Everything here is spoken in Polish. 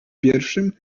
pierwszym